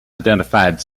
identified